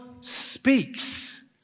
speaks